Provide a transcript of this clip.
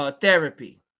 therapy